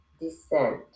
descent